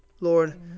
Lord